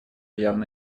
явно